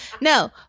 no